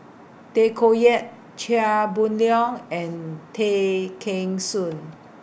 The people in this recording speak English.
Tay Koh Yat Chia Boon Leong and Tay Kheng Soon